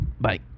bye